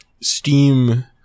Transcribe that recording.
Steam